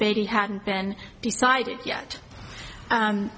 baby hadn't been decided yet